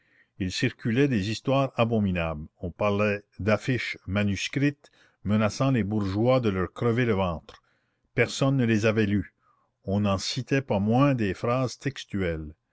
il circulait des histoires abominables on parlait d'affiches manuscrites menaçant les bourgeois de leur crever le ventre personne ne les avait lues on n'en citait pas moins des phrases textuelles